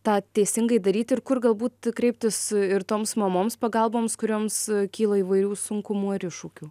tą teisingai daryti ir kur galbūt kreiptis ir toms mamoms pagalboms kurioms kyla įvairių sunkumų ir iššūkių